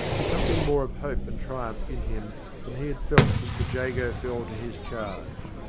with something more of hope and triumph in him than he had felt since the jago fell to his charge.